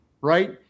Right